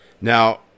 Now